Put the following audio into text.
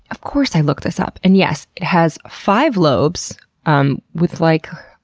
of course i looked this up and yes, it has five lobes um with like,